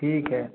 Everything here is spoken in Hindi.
ठीक है